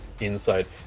inside